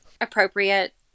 appropriate